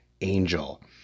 Angel